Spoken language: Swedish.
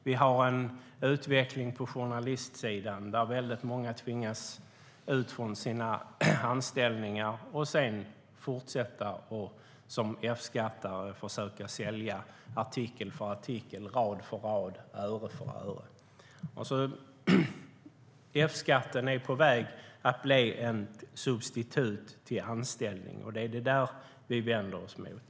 Vi har en utveckling på journalistsidan som gör att många tvingas ut från sina anställningar och sedan får fortsätta att som F-skattare försöka sälja artikel för artikel, rad för rad och öre för öre. F-skatten är på väg att bli ett substitut till anställning. Det är det som vi vänder oss mot.